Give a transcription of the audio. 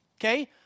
Okay